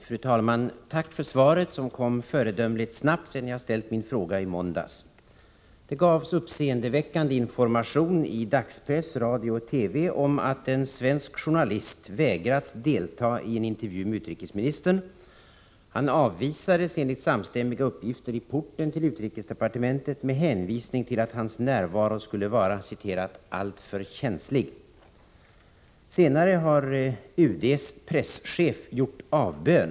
Fru talman! Jag tackar utrikesministern för svaret, vilket kom föredömligt snabbt. Jag framställde nämligen min fråga i måndags. Uppseendeväckande information har givits i dagspressen, i radio och TV om att en svensk journalist vägrats delta i en intervju med utrikesministern. Journalisten avvisades, enligt samstämmiga uppgifter, i porten till utrikesdepartementet. Man hänvisade till att hans närvaro skulle vara ”alltför känslig”. Senare har UD:s presschef, Lars Lönnback, gjort avbön.